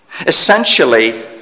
Essentially